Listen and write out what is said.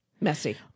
Messy